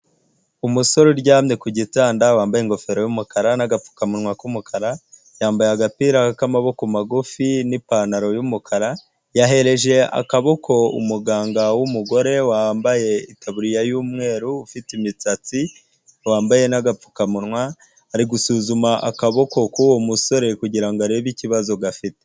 Umusore uryamye ku gitanda wambaye ingofero y'umukara n'agapfukamunwa k'umukara, yambaye agapira k'amaboko magufi, n'ipantaro y'umukara, yahereje akaboko umuganga w'umugore wambaye itaburiya y'umweru, ufite imisatsi, wambaye n'agapfukamunwa, ari gusuzuma akaboko k'uwo musore kugira ngo arebe ikibazo gafite.